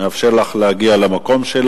נאפשר לך להגיע למקומך.